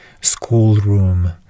schoolroom